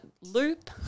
loop